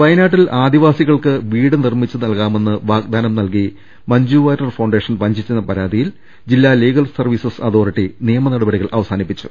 വയനാട്ടിൽ ആദിവാസികൾക്ക് വീട് നിർമ്മിച്ച് നൽകാമെന്ന് വാഗ്ദാനം നൽകി മഞ്ജുവാര്യർ ഫൌണ്ടേഷൻ വഞ്ചിച്ചെന്ന പരാതി യിൽ ജില്ലാ ലീഗൽ സർവീസസ് അതോറിറ്റി നിയമ നടപടികൾ അവ സാനിപ്പിച്ചു